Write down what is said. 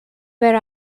where